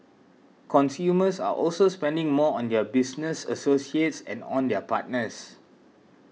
consumers are also spending more on their business associates and on their partners